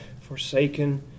forsaken